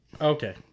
Okay